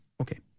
Okay